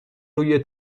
روی